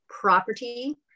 property